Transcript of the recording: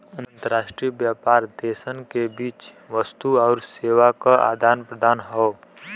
अंतर्राष्ट्रीय व्यापार देशन के बीच वस्तु आउर सेवा क आदान प्रदान हौ